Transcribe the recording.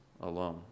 alone